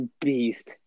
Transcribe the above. beast